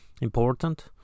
important